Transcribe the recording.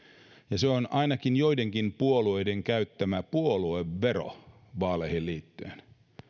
ja se on ainakin joidenkin puolueiden käyttämä puoluevero vaaleihin liittyen